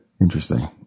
Interesting